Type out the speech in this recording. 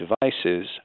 devices